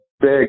big